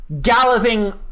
galloping